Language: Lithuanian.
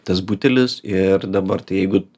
tas butelis ir dabar tai jeigu